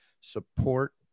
support